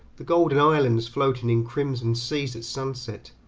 the golden islands floating in crimson seas at sunset,